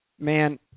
man